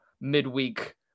midweek